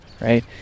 right